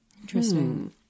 Interesting